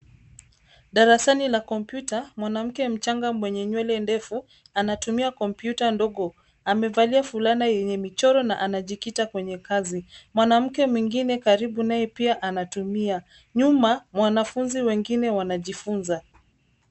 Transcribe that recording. Darasani la kompyuta, mwanamke mchanga mwenye nywele ndefu, anatumia kompyuta ndogo, amevalia fulana yenye michoro na anajikita kwenye kazi. Mwanamke mwingine karibu naye pia anatumia. Nyuma, wanafunzi wengine wanajifunza.